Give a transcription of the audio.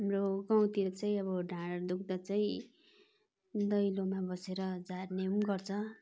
हाम्रो गाउँतिर चाहिँ अब ढाड दुख्दा चाहिँ दैलोमा बसेर झार्ने नि गर्छ